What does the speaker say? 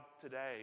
today